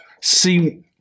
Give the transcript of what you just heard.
See-